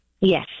Yes